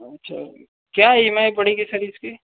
अच्छा क्या E M I पड़ेगी सर इसकी